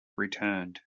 returned